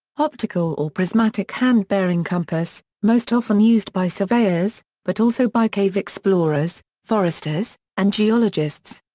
optical or prismatic hand-bearing compass, most often used by surveyors, but also by cave explorers, foresters and geologists.